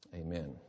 Amen